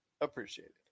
appreciated